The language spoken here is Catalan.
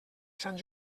sant